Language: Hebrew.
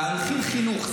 להנחיל חינוך.